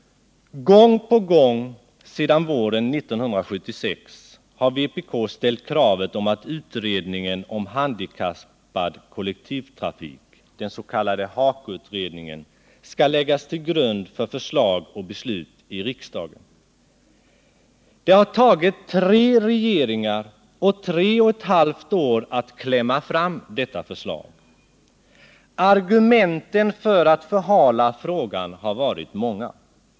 Gång på gång sedan våren 1976 har vpk ställt kravet om att utredningen om handikappanpassad kollektivtrafik, den s.k. HAKO-utredningen, skall läggas till grund för förslag och beslut i riksdagen. Det har tagit tre regeringar och tre och ett halvt år att klämma fram detta förslag. Argumenten för att förhala frågan har varit många.